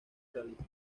realista